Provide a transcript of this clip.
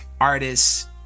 artists